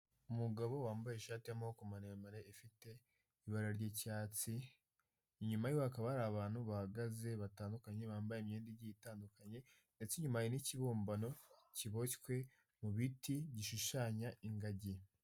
Umugabo wambaye ishati ya'maboko maremare ifite ibara ry'icyatsi inyuma hakaba hari abantu bahagaze batandukanye bambaye, imyenda igiye itandukanye ndetse inyuma n'ikibumbano kiboshywe mu biti gishushanya ingagi.